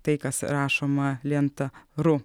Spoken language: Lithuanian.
tai kas rašoma lenta ru